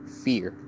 fear